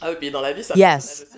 Yes